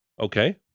Okay